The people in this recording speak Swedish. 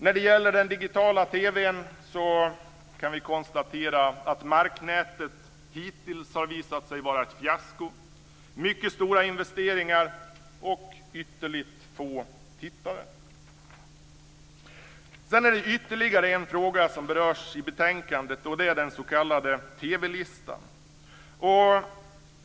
När det gäller den digitala TV:n kan vi konstatera att marknätet hittills har visat sig vara ett fiasko - mycket stora investeringar och ytterligt få tittare. Sedan är det ytterligare en fråga om berörs i betänkandet, s.k. TV-listan.